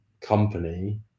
company